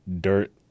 dirt